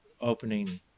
opening